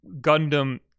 Gundam